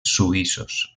suïssos